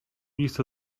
listę